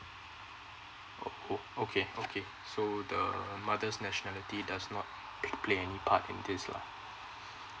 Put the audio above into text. oh oh okay okay so the mothers nationality does not play any part in this lah